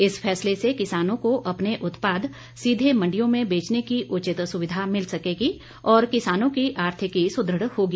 इस फैसले से किसानों को अपने उत्पाद सीधे मंडियों में बेचने की उचित सुविधा मिल सकेगी और किसानों की आर्थिकी सुदृढ़ होगी